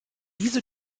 diese